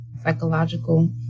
psychological